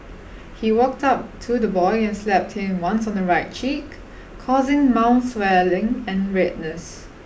he walked up to the boy and slapped him once on the right cheek causing mild swelling and redness